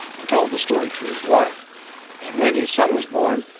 and told the story to his wife and when his son was born,